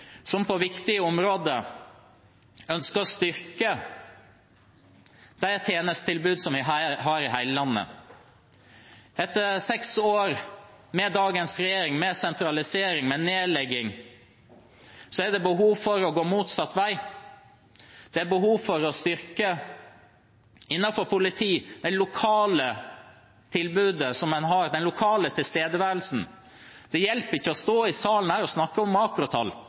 som på viktige områder ønsker å styrke de tjenestetilbudene som vi har i hele landet. Etter seks år med dagens regjering, med sentralisering, med nedlegging, er det behov for å gå motsatt vei. Innenfor politiet er det behov for å styrke det lokale tilbudet som en har, den lokale tilstedeværelsen. Det hjelper ikke å stå i denne salen og snakke om makrotall.